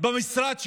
במשרד שלו,